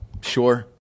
Sure